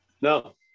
no